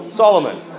Solomon